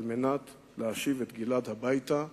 על מנת להשיב את גלעד הביתה,